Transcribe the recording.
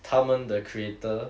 他们 the creator